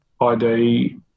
ID